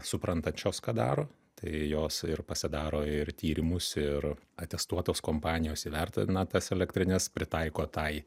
suprantančios ką daro tai jos ir pasidaro ir tyrimus ir atestuotos kompanijos įvertina tas elektrines pritaiko tai